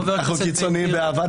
אנחנו רואים